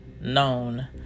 known